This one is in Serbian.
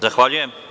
Zahvaljujem.